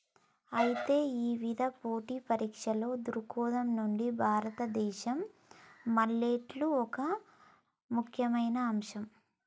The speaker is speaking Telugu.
అయితే ఇవిధ పోటీ పరీక్షల దృక్కోణం నుండి భారతదేశంలో మిల్లెట్లు ఒక ముఖ్యమైన అంశం